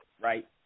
Right